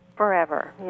Forever